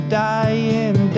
dying